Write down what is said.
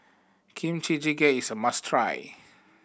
Kimchi Jjigae is a must try